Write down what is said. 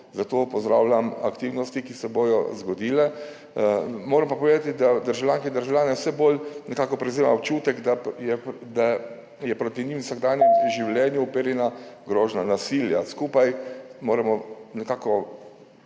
zato pozdravljam aktivnosti, ki se bodo zgodile. Moram pa povedati, da državljanke in državljane vse bolj nekako prevzema občutek, da je proti njim v vsakdanjem življenju uperjena grožnja nasilja. Skupaj moramo nekako